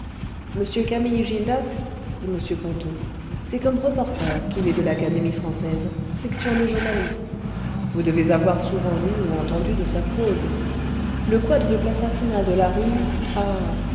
m camille gildas dit m ponto c'est comme reporter qu'il est de l'académie française section des journalistes vous devez avoir souvent lu ou entendu de sa prose le quadruple assassinat de la eue a